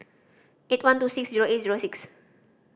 eight one two six zero eight zero six